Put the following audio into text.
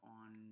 on